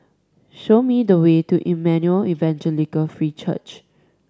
show me the way to Emmanuel Evangelical Free Church